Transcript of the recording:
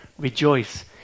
rejoice